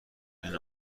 این